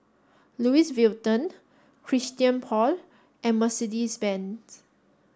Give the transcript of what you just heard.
Louis Vuitton Christian Paul and Mercedes Benz